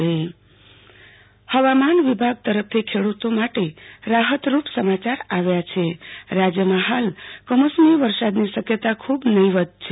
આરતી ભટ હવામાન વિભાગ હવામાન વિભાગ તરફથી ખેડ્રતો માટે રાહતરૂપ સમાચાર આવ્યા છે કે રાજયમાં હાલ કમોસમી વરસાદની શકયતા ખૂબ નહિંવત છે